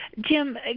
Jim